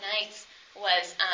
nights—was